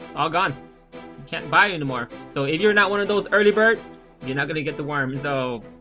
all gone cant buy anymore so if your not one of those early bird your not going to get the worm so